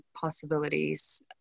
possibilities